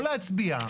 לא להצביע.